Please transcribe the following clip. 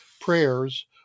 prayers